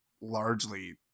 largely